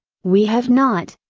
we have not,